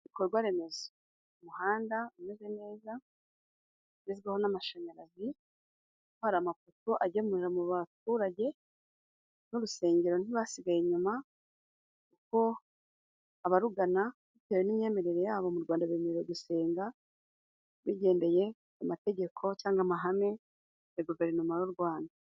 Ibikorwa remezo. Umuhanda umeze neza ugezweho, n'amashanyarazi, utwara amafoto agemurira mu baturage b'urusengero ntibasigaye inyuma, kuko abarugana bitewe n'imyemerere yabo mu Rwanda bemerewe gusenga, bigendeye ku mategeko cyangwa amahame ya guverinoma y'u Rwanda.